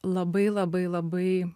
labai labai labai